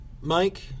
Mike